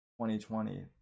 2020